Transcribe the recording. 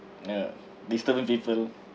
ya disturbing people